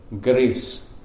grace